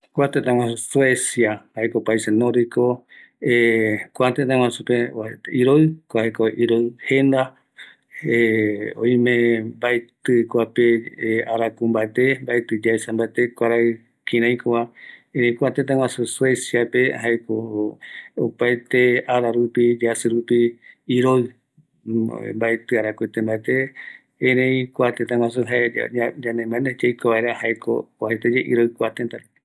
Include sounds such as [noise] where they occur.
Kua tëtä guasu Suecia jaeko paises Nordico, [hesitation] kua tëtä guajupe oajaete iroï, jaeko iroɨ jenda, oime [hesitation] kape mbaetɨ arakumbate, mbaeti yaesa mbate kuarai, kiaraikova ëreï kua tätä guaju Sueciape jaeko opaete ararupi, yasïrupi, iroï, maetï arakuete mbate, erei kua tëtä guaju, yande mbaendua yaikova jaeko oajaete ye iroï kua tëtäpe.